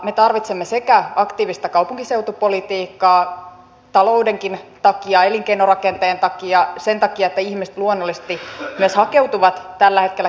me tarvitsemme aktiivista kaupunkiseutupolitiikkaa taloudenkin takia elinkeinorakenteen takia sen takia että ihmiset luonnollisesti myös hakeutuvat tällä hetkellä kaupunkeihin